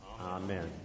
Amen